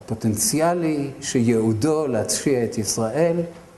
פוטנציאלי שיעודו להצפיע את ישראל.